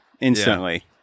instantly